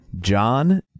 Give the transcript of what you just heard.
John